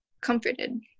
comforted